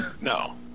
No